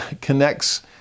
connects